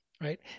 right